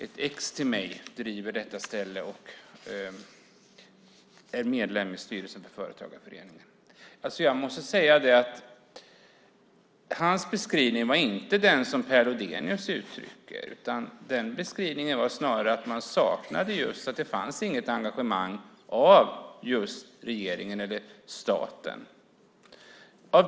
Ett ex till mig driver ett ställe där och är medlem i styrelsen för företagarföreningen. Jag måste säga att hans beskrivning inte är den som Per Lodenius ger uttryck för. Den beskrivningen var snarare att det inte fanns något engagemang från regeringen eller staten.